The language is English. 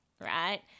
Right